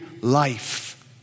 life